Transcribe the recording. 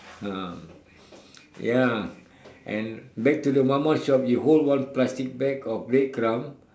ah ya and back to the normal shop you hold one plastic bag of bread crumb